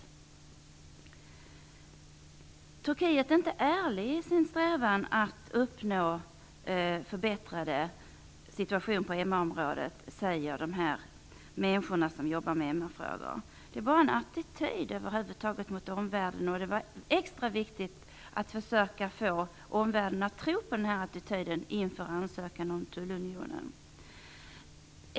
De ledande i Turkiet är inte ärliga i sin strävan att uppnå en förbättrad situation på hemmaområdet, säger de människor som jobbar med MR-frågor. Det är bara en attityd mot omvärlden, och det var extra viktigt att försöka få omvärlden att tro på denna attityd inför ansökan om att ingå i tullunionen.